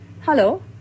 Hello